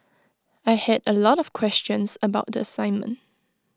I had A lot of questions about the assignment